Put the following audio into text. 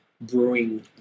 brewing